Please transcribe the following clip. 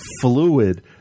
fluid